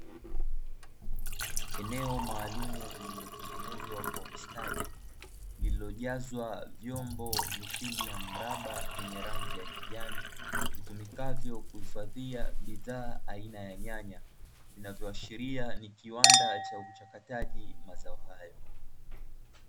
Eneo maalumu lililotengenezwa kwa ustadi, lililojazwa vyombo mithili ya mraba vyenye rangi ya kijani vitumikavyo kuhifadhia bidhaa aina ya nyanya, vinavyoashiria ni kiwanda cha uchakataji mazao hayo.